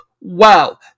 Wow